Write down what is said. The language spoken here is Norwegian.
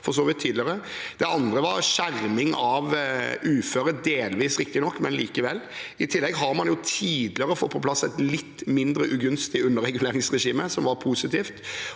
Det andre var skjerming av uføre – riktignok delvis, men likevel. I tillegg har man tidligere fått på plass et litt mindre ugunstig underreguleringsregime, noe som var positivt,